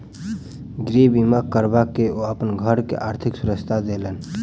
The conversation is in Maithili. गृह बीमा करबा के ओ अपन घर के आर्थिक सुरक्षा देलैन